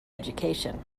education